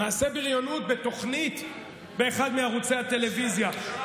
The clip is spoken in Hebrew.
מעשה בריונות, בתוכנית באחד מערוצי הטלוויזיה,